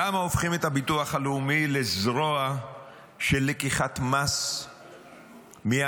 למה הופכים את הביטוח הלאומי לזרוע של לקיחת מס מאנשים?